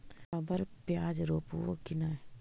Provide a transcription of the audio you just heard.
अबर प्याज रोप्बो की नय?